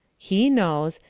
he knows,